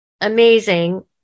amazing